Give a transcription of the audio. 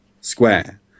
square